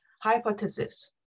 hypothesis